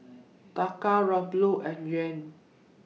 Taka Ruble and Yuan